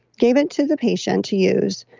gave it to the patient to use,